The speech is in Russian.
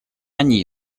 они